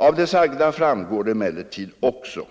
Av det sagda framgår emellertid också